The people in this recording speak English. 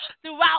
throughout